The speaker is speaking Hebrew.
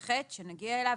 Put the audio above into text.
26יח שנגיע אליו.